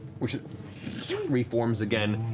which it reforms again.